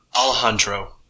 Alejandro